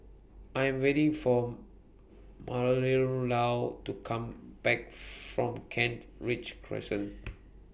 I Am waiting For Marilou to Come Back from Kent Ridge Crescent